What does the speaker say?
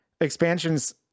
expansions